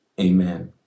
Amen